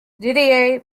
didier